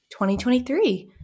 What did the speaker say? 2023